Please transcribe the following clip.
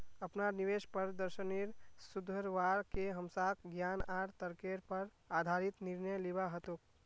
अपनार निवेश प्रदर्शनेर सुधरवार के हमसाक ज्ञान आर तर्केर पर आधारित निर्णय लिबा हतोक